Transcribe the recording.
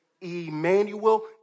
Emmanuel